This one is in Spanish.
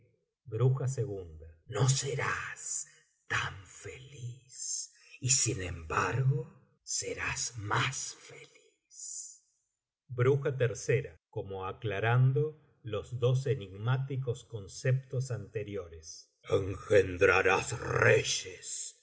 no serás tan feliz y sin embargo serás más feliz como aclarando los dos enigmáticos conceptos anterioresengendrarás reyes